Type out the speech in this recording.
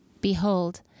Behold